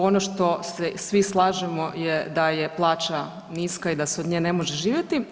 Ono što se svi slažemo da je plaća niska i da se od nje ne može živjeti.